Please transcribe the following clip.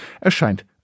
erscheint